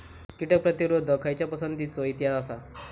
कीटक प्रतिरोधक खयच्या पसंतीचो इतिहास आसा?